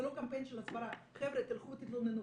זה לא קמפיין של הסברה חבר'ה תלכו תתלוננו.